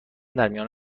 درمیان